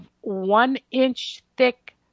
one-inch-thick